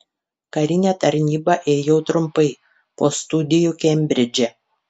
karinę tarnybą ėjau trumpai po studijų kembridže